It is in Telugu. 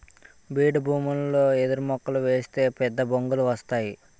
బీడుభూములలో ఎదురుమొక్కలు ఏస్తే పెద్దబొంగులు వస్తేయ్